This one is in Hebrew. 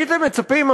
הייתם מצפים,